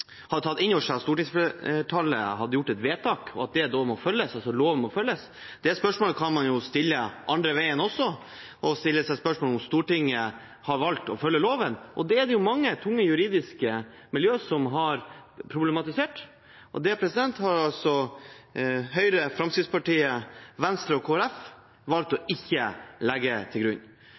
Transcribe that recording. hadde tatt inn over seg at stortingsflertallet hadde gjort et vedtak, og at det må følges, altså at loven må følges. Det spørsmålet kan man jo stille andre veien også – om Stortinget har valgt å følge loven. Det er det mange tunge, juridiske miljøer som har problematisert, og det har altså Høyre, Fremskrittspartiet, Venstre og Kristelig Folkeparti valgt å ikke legge til grunn.